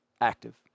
active